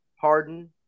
Harden